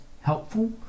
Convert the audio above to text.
helpful